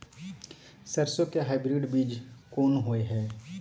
सरसो के हाइब्रिड बीज कोन होय है?